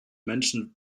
menschen